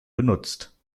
benutzt